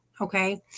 okay